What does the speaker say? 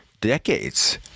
decades